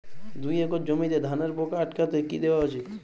দুই একর জমিতে ধানের পোকা আটকাতে কি দেওয়া উচিৎ?